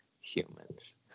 humans